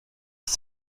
ist